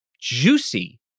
juicy